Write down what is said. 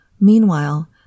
Meanwhile